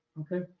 Okay